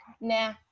nah